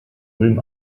ulm